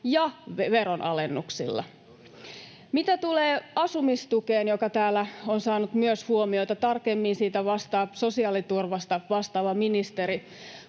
ja veronalennuksilla. Mitä tulee asumistukeen, joka täällä on saanut myös huomiota, niin tarkemmin siitä vastaa sosiaaliturvasta vastaava ministeri,